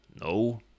No